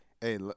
Hey